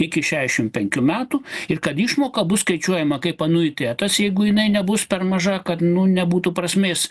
iki šesšim penkių metų ir kad išmoka bus skaičiuojama kaip anuitetas jeigu jinai nebus per maža kad nu nebūtų prasmės